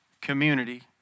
community